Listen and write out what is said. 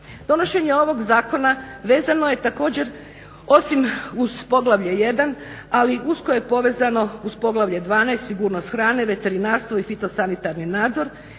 Donošenje ovog zakona vezano je također, osim uz poglavlje 1., ali usko je povezano uz poglavlje 12. sigurnost hrane, veterinarstvo i fitosanitarni nadzor.